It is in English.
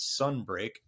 Sunbreak